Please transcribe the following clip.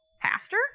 Pastor